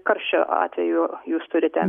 karščio atveju jūs turite